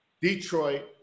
Detroit